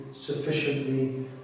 sufficiently